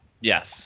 Yes